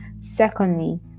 Secondly